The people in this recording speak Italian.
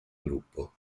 gruppo